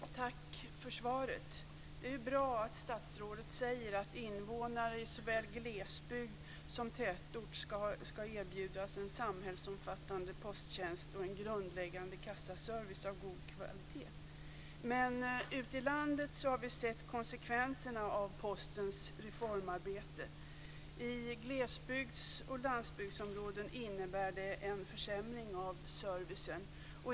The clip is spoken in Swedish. Fru talman! Tack för svaret. Det är bra att statsrådet säger att invånare i såväl glesbygd som tätort ska erbjudas en samhällsomfattande posttjänst och en grundläggande kassaservice av god kvalitet. Ute i landet har vi sett konsekvenserna av Postens reformarbete. I glesbygds och landsbygdsområden innebär det en försämring av servicen.